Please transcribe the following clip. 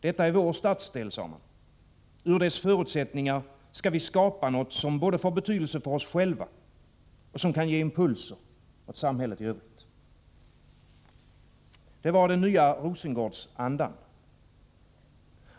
Detta är vår stadsdel, sade man, ur dess förutsättningar skall vi skapa något som både får betydelse för oss själva och som kan ge impulser åt samhället i övrigt. Det var den nya Rosengårdsandan.